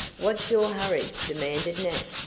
what's your hurry! demanded nat.